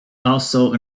also